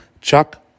Chuck